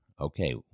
okay